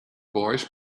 boys